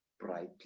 brightly